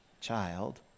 child